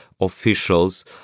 officials